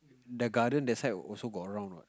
the garden that side also got a round what